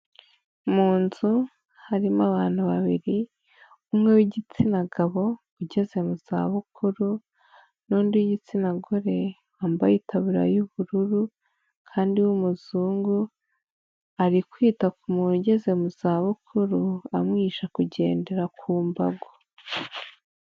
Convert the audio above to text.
Mu nzu harimo abantu babiri umwe w'igitsina gabo ugeze mu zabukuru n'undi w'igitsina gore, wambaye itaburiya y'ubururu kandi w'umuzungu, ari kwita ku muntu ugeze mu zabukuru amwigisha kugendera ku mbago.